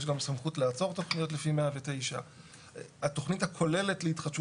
יש גם סמכות לעצור תכניות לפי 109. התכנית הכוללת להתחדשות